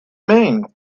mean